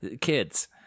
kids